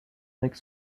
avec